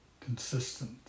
consistent